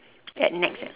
at nex that